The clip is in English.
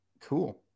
cool